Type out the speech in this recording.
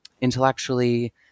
intellectually